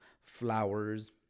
flowers